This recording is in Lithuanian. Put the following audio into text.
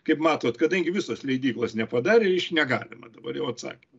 kaip matot kadangi visos leidyklos nepadarė iš negalima dabar jau atsakė